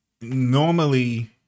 Normally